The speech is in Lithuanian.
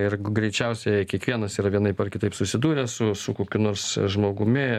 ir greičiausiai kiekvienas yra vienaip ar kitaip susidūręs su su kokiu nors žmogumi